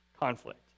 conflict